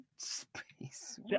Space